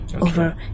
over